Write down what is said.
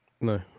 No